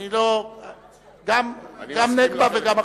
גם נגבה וגם אחרים.